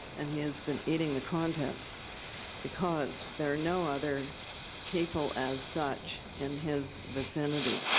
and he has been eating the contents because there are no other people, as such, in his vicinity.